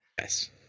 Yes